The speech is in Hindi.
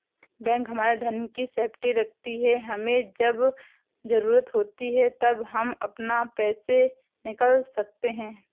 बैंक हमारे धन की सेफ्टी रखती है हमे जब जरूरत होती है तब हम अपना पैसे निकल सकते है